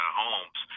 homes